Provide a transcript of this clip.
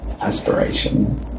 aspiration